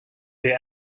the